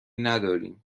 نداریم